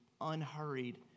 unhurried